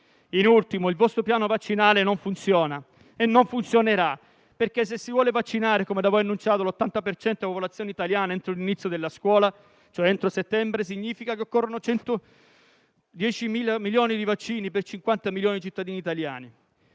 Da ultimo, il vostro piano vaccinale non funziona e non funzionerà, perché, se si vuole vaccinare - come da voi annunciato - l'80 per cento della popolazione italiana entro l'inizio del nuovo anno scolastico, cioè entro settembre, significa che occorrono 110 milioni di vaccini per 50 milioni di cittadini italiani.